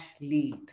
lead